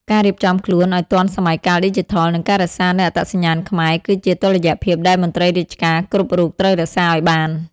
ការរៀបចំខ្លួនឱ្យទាន់សម័យកាលឌីជីថល និងការរក្សានូវអត្តសញ្ញាណខ្មែរ គឺជាតុល្យភាពដែលមន្ត្រីរាជការគ្រប់រូបត្រូវរក្សាឱ្យបាន។